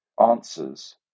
answers